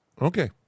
Okay